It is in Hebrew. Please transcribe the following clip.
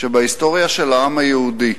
שבהיסטוריה של העם היהודי,